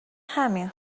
همین